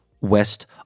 west